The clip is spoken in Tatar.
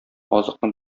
азыкны